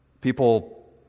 People